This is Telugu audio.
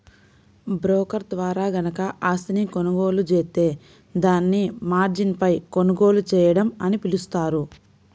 బ్రోకర్ ద్వారా గనక ఆస్తిని కొనుగోలు జేత్తే దాన్ని మార్జిన్పై కొనుగోలు చేయడం అని పిలుస్తారు